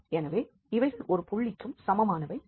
எனவே இவைகள் ஒரு புள்ளிக்கும் சமமானவை அல்ல